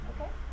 Okay